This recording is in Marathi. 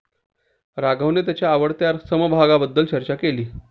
राघवने त्याच्या आवडत्या समभागाबद्दल चर्चा केली